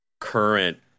current